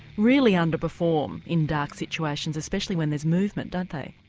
really underperform in dark situations, especially when there's movement don't they?